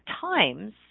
times